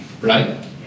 Right